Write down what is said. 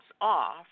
off